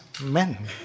men